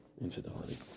infidelity